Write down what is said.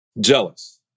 Jealous